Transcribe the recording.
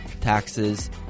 taxes